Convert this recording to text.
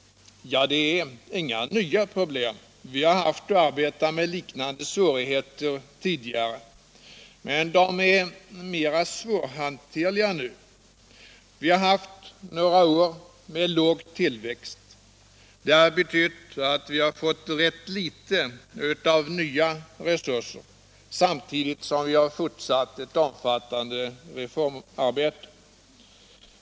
Ja, det är inga nya problem. Vi har arbetat med liknande problem tidigare, men de är mer svårhanterliga nu. Vi har haft några år med låg tillväxt. Det har betytt att vi har fått rätt litet av nya resurser, samtidigt som vi har fortsatt ett omfattande reformarbete.